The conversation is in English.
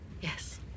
Yes